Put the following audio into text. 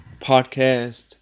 podcast